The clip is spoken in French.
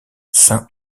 saint